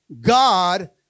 God